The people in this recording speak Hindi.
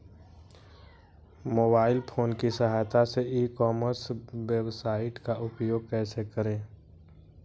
मोबाइल फोन की सहायता से ई कॉमर्स वेबसाइट का उपयोग कैसे करें?